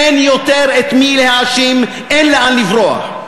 אין יותר את מי להאשים, אין לאן לברוח.